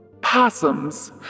possums